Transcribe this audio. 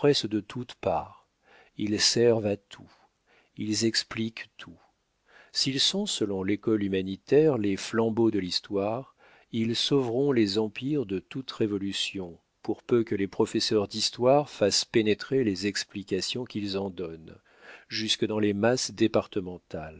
de toutes parts ils servent à tout ils expliquent tout s'ils sont selon l'école humanitaire les flambeaux de l'histoire ils sauveront les empires de toute révolution pour peu que les professeurs d'histoire fassent pénétrer les explications qu'ils en donnent jusque dans les masses départementales